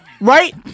Right